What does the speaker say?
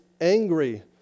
angry